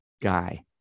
guy